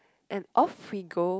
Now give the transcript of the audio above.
and off we go